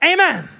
Amen